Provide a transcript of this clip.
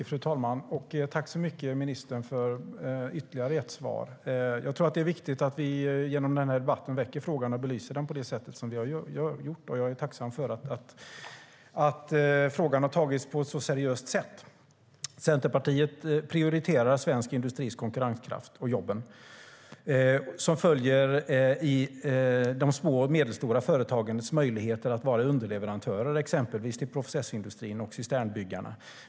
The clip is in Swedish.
Fru talman! Tack så mycket, ministern, för ytterligare ett svar! Jag tror att det är viktigt att vi genom den här debatten väcker frågan och belyser den på det sätt som vi gör. Jag är tacksam för att frågan har tagits så seriöst. Centerpartiet prioriterar svensk industris konkurrenskraft och de jobb som följer av de små och medelstora företagens möjligheter att vara underleverantörer, exempelvis till processindustrin och cisternbyggarna.